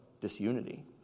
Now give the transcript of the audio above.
disunity